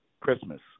Christmas